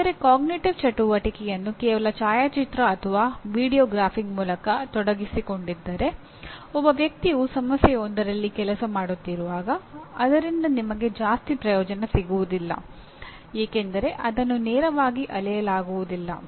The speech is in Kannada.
ಆದರೆ ಅರಿವಿನ ಚಟುವಟಿಕೆಯನ್ನು ಕೇವಲ ಚಾಯಾಚಿತ್ರ ಅಥವಾ ವೀಡಿಯೊ ಗ್ರಾಫಿಂಗ್ ಮೂಲಕ ತೊಡಗಿಸಿಕೊಂಡಿದ್ದರೆ ಒಬ್ಬ ವ್ಯಕ್ತಿಯು ಸಮಸ್ಯೆಯೊಂದರಲ್ಲಿ ಕೆಲಸ ಮಾಡುತ್ತಿರುವಾಗ ಅದರಿಂದ ನಿಮಗೆ ಜಾಸ್ತಿ ಪ್ರಯೋಜನ ಸಿಗುವುದಿಲ್ಲ ಏಕೆಂದರೆ ಅದನ್ನು ನೇರವಾಗಿ ಅಳೆಯಲಾಗುವುದಿಲ್ಲ